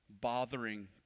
bothering